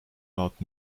laut